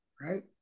right